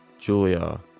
Julia